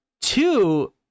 Two